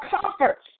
comforts